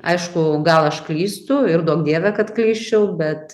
aišku gal aš klystu ir duok dieve kad klysčiau bet